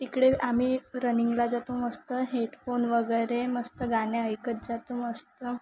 तिकडे आम्ही रनिंगला जातो मस्त हेडफोन वगैरे मस्त गाणे ऐकत जातो मस्त